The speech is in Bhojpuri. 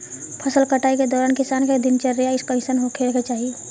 फसल कटाई के दौरान किसान क दिनचर्या कईसन होखे के चाही?